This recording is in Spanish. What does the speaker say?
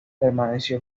permaneció